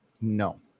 No